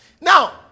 Now